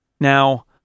now